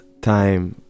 time